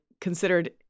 considered